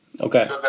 Okay